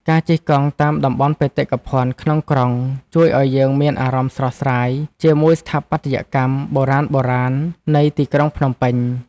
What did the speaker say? ការជិះកង់តាមតំបន់បេតិកភណ្ឌក្នុងក្រុង ជួយឱ្យយើងមានអារម្មណ៍ស្រស់ស្រាយជាមួយស្ថាបត្យកម្មបុរាណៗនៃទីក្រុងភ្នំពេញ។